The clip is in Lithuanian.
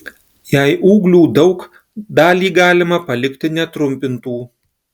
jei ūglių daug dalį galima palikti netrumpintų